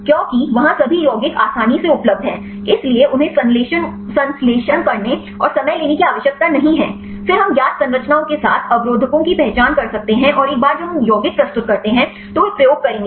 क्योंकि वहां सभी यौगिक आसानी से उपलब्ध हैं इसलिए उन्हें संश्लेषण करने और समय लेने की आवश्यकता नहीं है फिर हम ज्ञात संरचनाओं के साथ अवरोधकों की पहचान कर सकते हैं और एक बार जब हम यौगिक प्रस्तुत करते हैं तो वे प्रयोग करेंगे